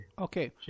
Okay